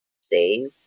save